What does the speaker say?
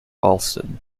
alston